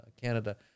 Canada